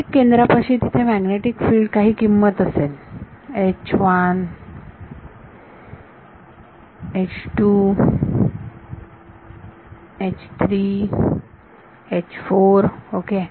प्रत्येक केंद्रापाशी तिथे मॅग्नेटिक फिल्ड काही किंमत असेल ओके